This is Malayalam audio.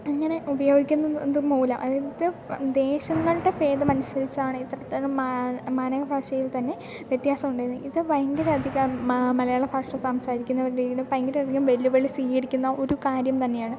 ഇങ്ങനെ ഉപയോഗിക്കുന്നത് മൂലം അതായ ഇത് ദേശങ്ങളുടെ ഭേദമനുസരിച്ചാണ് ഇത്തര മാനകഭാഷയിൽ തന്നെ വ്യത്യാസം ഉണ്ടായത് ഇതു ഭയങ്കര അധികം മലയാള ഭാഷ സംസാരിക്കുന്ന ഭയങ്കര അധികം വെല്ലുവിളി സ്വീകരിക്കുന്ന ഒരു കാര്യം തന്നെയാണ്